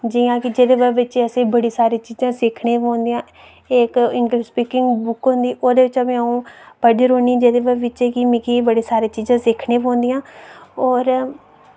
जि'यां कि जेह्दे बिच असें बड़ी सारी चीजां सिक्खने पौंदियां इक इंग्लिश स्पीकिंग बुक होंदी ओह्दे बिचा बी अऊं पढ़दी रौह्न्नी जेह्दे बिच कि मिकी बड़े सारे चीजां सिक्खने पौंदियां और